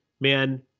man